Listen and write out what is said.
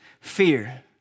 fear